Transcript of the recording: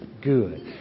Good